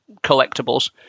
collectibles